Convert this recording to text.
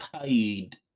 paid